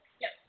Yes